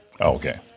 Okay